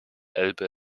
elbe